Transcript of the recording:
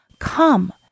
Come